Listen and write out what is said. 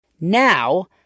Now